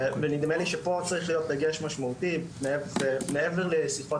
נדמה לי שפה צריך להיות דגש משמעותי מעבר לשיחות